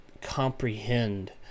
comprehend